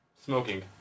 smoking